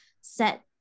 set